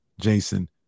Jason